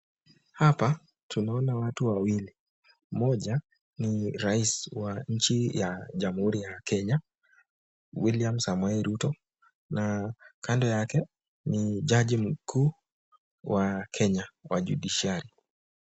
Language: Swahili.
Hapa tunaona watu wawili, mmoja ni Rais wa nchi ya jamhuri ya Kenya, William Samoei Ruto, na kando yake ni jaji mkuu, wa Kenya wa judishiari .